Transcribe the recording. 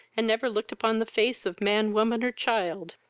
and never looked upon the face of man, woman, or child,